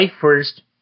first